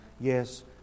Yes